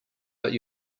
but